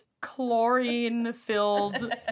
chlorine-filled